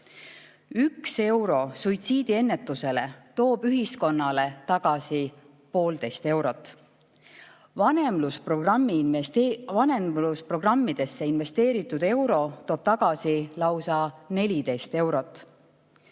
Üks euro suitsiidiennetusele toob ühiskonnale tagasi poolteist eurot. Vanemlusprogrammidesse investeeritud euro toob tagasi lausa 14 eurot.